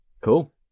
Cool